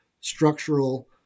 structural